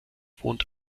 wohnt